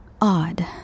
odd